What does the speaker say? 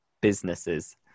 businesses